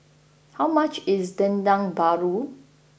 how much is Dendeng Paru